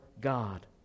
God